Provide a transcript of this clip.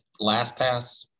LastPass